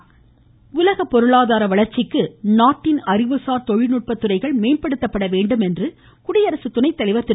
வெங்கையா நாயுடு உலக பொருளாதார வளர்ச்சிக்கு நாட்டின் அறிவுசார் தொழில்நுட்பத்துறைகள் மேம்படுத்தப்பட வேண்டும் என்று குடியரசுத்துணை தலைவர் திரு